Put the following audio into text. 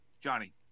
johnny